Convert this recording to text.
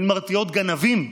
הן מרתיעות גנבים,